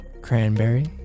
Cranberry